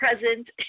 present